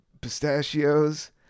pistachios